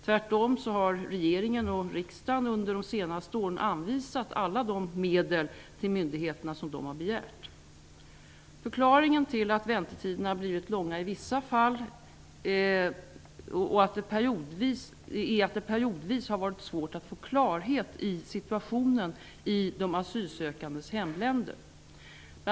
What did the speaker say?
Tvärtom har regeringen och riksdagen under de senaste åren anvisat alla de medel till myndigheterna som de har begärt. Förklaringen till att väntetiderna har blivit långa i vissa fall är att det periodvis har varit svårt att få klarhet i situationen i de asylsökandes hemländer.